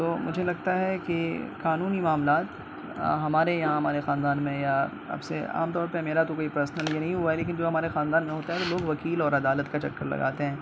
تو مجھے لگتا ہے کہ قانونی معاملات ہمارے یہاں ہمارے خاندان میں یا اب سے عام طور پہ میرا تو کوئی پرسنل یہ نہیں ہوا ہے لیکن جو ہمارے خاندان میں ہوتا ہے تو لوگ وکیل اور عدالت کا چکر لگاتے ہیں